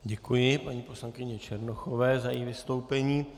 Děkuji paní poslankyni Černochové za její vystoupení.